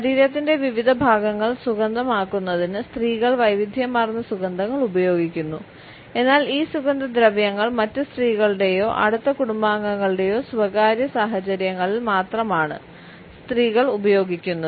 ശരീരത്തിന്റെ വിവിധ ഭാഗങ്ങൾ സുഗന്ധമാക്കുന്നതിന് സ്ത്രീകൾ വൈവിധ്യമാർന്ന സുഗന്ധങ്ങൾ ഉപയോഗിക്കുന്നു എന്നാൽ ഈ സുഗന്ധദ്രവ്യങ്ങൾ മറ്റ് സ്ത്രീകളുടെയോ അടുത്ത കുടുംബാംഗങ്ങളുടെയോ സ്വകാര്യ സാഹചര്യങ്ങളിൽ മാത്രമാണ് സ്ത്രീകൾ ഉപയോഗിക്കുന്നത്